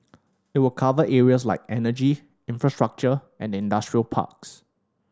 it will cover areas like energy infrastructure and industrial parks